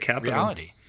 reality